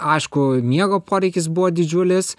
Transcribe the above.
aišku miego poreikis buvo didžiulis